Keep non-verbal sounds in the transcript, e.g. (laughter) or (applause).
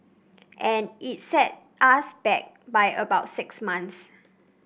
(noise) and it set us back by about six months